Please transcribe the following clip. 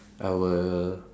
I will